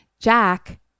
Jack